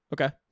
Okay